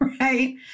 right